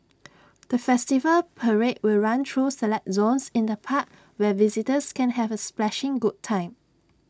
the festival parade will run through select zones in the park where visitors can have A splashing good time